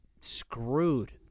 screwed